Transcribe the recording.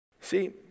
See